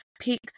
pick